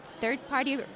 third-party